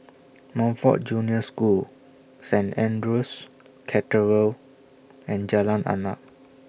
Montfort Junior School Saint Andrew's Cathedral and Jalan Arnap